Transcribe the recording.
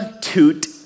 toot